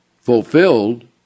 fulfilled